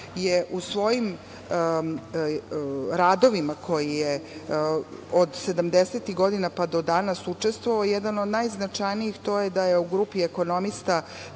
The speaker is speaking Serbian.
da u svojim radovima u kojima je od 70-ih godina po danas učestvovao jedan od najznačajnijih, to je da je u grupi ekonomista